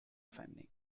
fanning